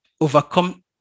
overcome